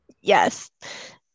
Yes